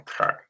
okay